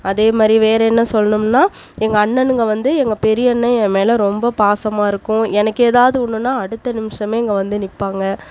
அதே மாதிரி வேறு என்ன சொல்லணும்னா எங்கள் அண்ணனுங்க வந்து எங்கள் பெரியண்ணன் என் மேல் ரொம்ப பாசமாக இருக்கும் எனக்கெதாவது ஒன்றுனா அடுத்த நிமிடமே இங்கே வந்து நிற்பாங்க